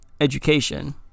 education